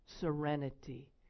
serenity